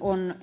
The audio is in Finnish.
on